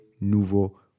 Nouveau